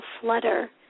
flutter